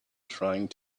trying